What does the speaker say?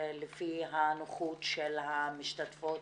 לפי הנוחות של המשתתפות